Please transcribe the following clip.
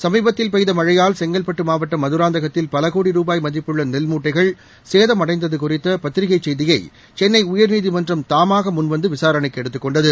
சமீபத்தில் பெய்த மழையால் செங்கல்பட்டு மாவட்டம் மதராந்தகத்தில் பல கோடி ரூபாய் மதிப்புள்ள நெல் மூட்டைகள் சேதமடைந்தது குறித்த பத்திரிக்கைச் செய்தியை சென்னை உயர்நீதிமன்றம் தாமாக முன்வந்து விசாரணைக்கு எடுத்துக்கொண்டது